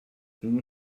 sono